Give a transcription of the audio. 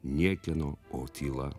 niekieno o tyla